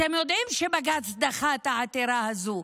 אתם יודעים שבג"ץ דחה את העתירה הזו.